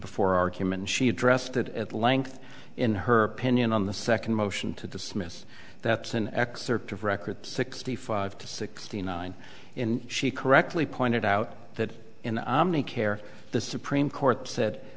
before argument she addressed it at length in her opinion on the second motion to dismiss that's an excerpt of record sixty five to sixty nine in she correctly pointed out that in omni care the supreme court said